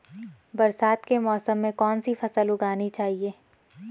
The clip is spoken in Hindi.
बरसात के मौसम में कौन सी फसल उगानी चाहिए?